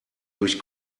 durch